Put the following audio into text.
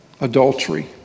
adultery